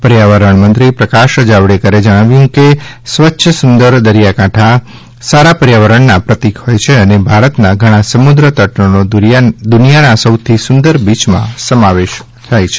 પર્યાવરણ મંત્રી પ્રકાશ જાવડેકરે જણાવ્યું છે કે સ્વચ્છ સુંદર દરિયાકાંઠા સારા પર્યાવરણના પ્રતીક હોય છે અને ભા રતના ઘણા સમુક્ર તટનો દુનિયાના સૌથી સુંદર બીયમાં સમાવેશ થાય છે